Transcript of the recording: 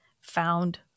found